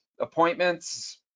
appointments